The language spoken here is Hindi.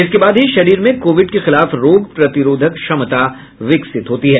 इसके बाद ही शरीर में कोविड के खिलाफ रोग प्रतिरोधक क्षमता विकसित होती है